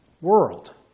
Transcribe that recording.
world